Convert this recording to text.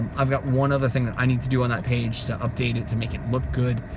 i've got one other thing that i need to do on that page to update it, to make it look good,